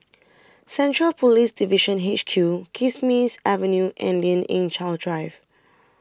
Central Police Division H Q Kismis Avenue and Lien Ying Chow Drive